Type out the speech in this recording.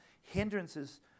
hindrances